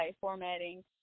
formatting